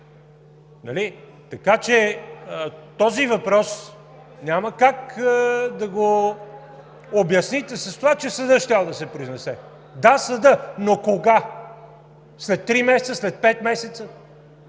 Така че този въпрос няма как да го обясните с това, че съдът щял да се произнесе. Да, съдът, но кога – след три месеца, след пет месеца,